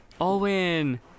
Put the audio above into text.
Owen